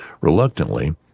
reluctantly